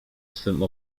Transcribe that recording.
swym